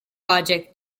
logic